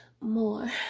More